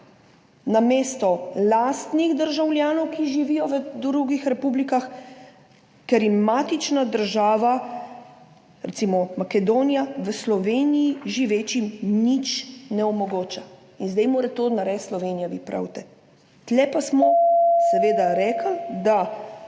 namesto lastnim državljanom, ki živijo v drugih republikah, ker jim matična država, recimo Makedonija, v Sloveniji živečim nič ne omogoča, in zdaj mora to narediti Slovenija, pravite. Tu pa smo seveda rekli, da